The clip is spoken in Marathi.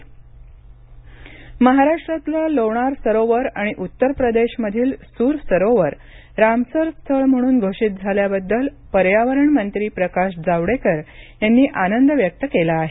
प्रकाश जावडेकर महाराष्ट्रातलं लोणार सरोवर आणि उत्तर प्रदेशमधील सुर सरोवर रामसर स्थळ म्हणून घोषित झाल्याबद्दल पर्यावरण मंत्री प्रकाश जावडेकर यांनी आनंद व्यक्त केला आहे